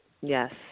Yes